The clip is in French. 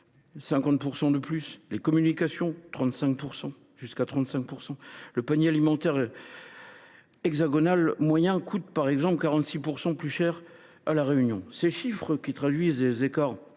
50 % de plus – ou les communications – jusqu’à 35 %. Le panier alimentaire hexagonal moyen coûte par exemple 46 % plus cher à La Réunion. Ces chiffres, qui traduisent des écarts